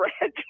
red